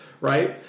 right